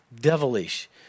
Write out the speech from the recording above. devilish